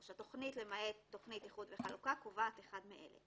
התכנית, למעט תכנית איחוד וחלוקה, קובעת אחד מאלה: